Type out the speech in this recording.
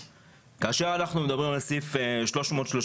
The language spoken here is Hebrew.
כאשר אנחנו מדברים על סעיף 330ג1,